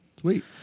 Sweet